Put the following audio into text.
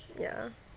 ya